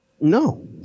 No